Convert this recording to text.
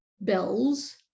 bells